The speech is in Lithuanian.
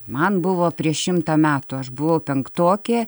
man buvo prieš šimtą metų aš buvau penktokė